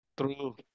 True